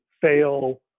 fail